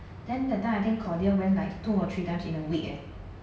then that time I think claudia went like two or three times in a week eh